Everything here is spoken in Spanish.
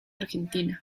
argentina